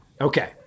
Okay